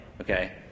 Okay